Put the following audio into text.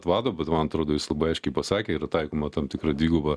vado bet man atrodo jis labai aiškiai pasakė yra taikoma tam tikra dviguba